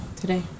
today